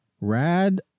Rad